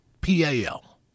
PAL